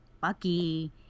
Bucky